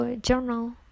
journal